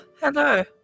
hello